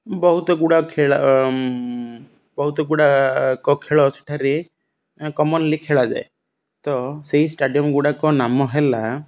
ବହୁତ ଗୁଡ଼ା ଖେଳ ବହୁତ ଗୁଡ଼ାକ ଖେଳ ସେଠାରେ କମନ୍ଲି ଖେଳାଯାଏ ତ ସେହି ଷ୍ଟାଡ଼ିୟମ୍ଗୁଡ଼ାକ ନାମ ହେଲା